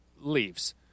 leaves